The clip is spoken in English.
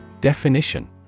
Definition